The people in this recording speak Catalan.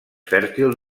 fèrtil